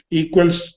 equals